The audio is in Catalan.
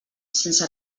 sense